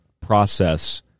process